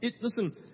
Listen